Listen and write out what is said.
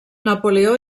napoleó